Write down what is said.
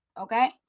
okay